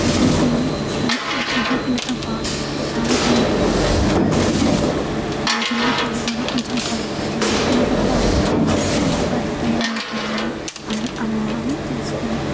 గోధుమ పిండి గోధుమ పిండితో పాటు రాగి పిండి కూడా మరియు జొన్న పిండి కూడా కొంచెం కలుపుకుంది ఎందుకంటే ఆరోగ్యమైన చపాతి తయారవుతుంది అని అని అననని తెలుసుకొని